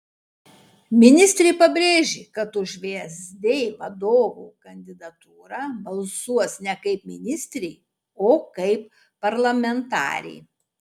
ministrė pabrėžė kad už vsd vadovo kandidatūrą balsuos ne kaip ministrė o kaip parlamentarė